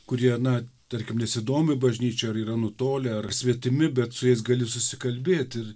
kurie na tarkim nesidomi bažnyčia ar yra nutolę ar svetimi bet su jais gali susikalbėti